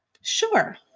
sure